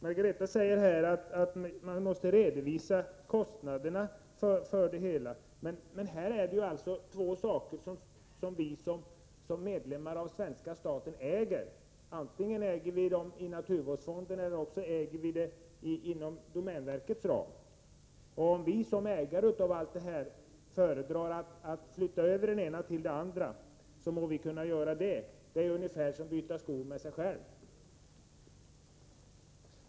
Margareta Winberg säger att man måste redovisa kostnaderna för det hela, men här är det fråga om mark som vi som medlemmar av svenska staten äger. Antingen äger vi marken genom naturvårdsfonden, eller också äger vi den inom domänverkets ram. Om vi som äger allt detta föredrar att flytta över det ena till det andra, må vi väl kunna göra det. Det är ungefär som att byta skor med sig själv.